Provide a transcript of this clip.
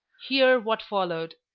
hear what followed.